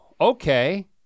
okay